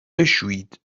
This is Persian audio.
بشویید